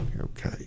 okay